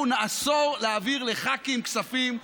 אנחנו נאסור להעביר לח"כים כספים.